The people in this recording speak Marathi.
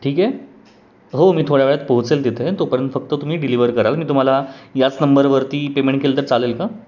ठीक आहे हो मी थोड्या वेळात पोहोचेन तिथे तोपर्यंत फक्त तुम्ही डिलिव्हर कराल मी तुम्हाला याच नंबरवरती पेमेंट केलं तर चालेल का